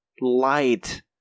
light